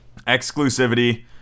exclusivity